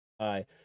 hi